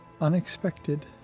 unexpected